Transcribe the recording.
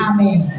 Amen